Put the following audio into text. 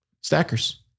Stackers